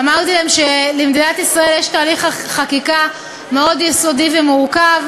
אמרתי להם שלמדינת ישראל יש תהליך חקיקה מאוד יסודי ומורכב.